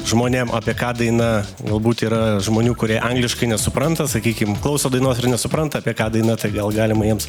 žmonėm apie ką daina galbūt yra žmonių kurie angliškai nesupranta sakykim klauso dainos ir nesupranta apie ką daina tai gal galima jiems